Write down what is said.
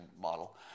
model